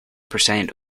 percent